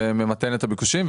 שממתנת את הביקושים,